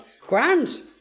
Grand